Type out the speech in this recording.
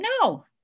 no